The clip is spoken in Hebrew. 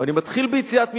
ואני מתחיל ביציאת מצרים,